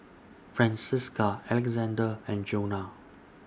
Francisca Alexzander and Jonna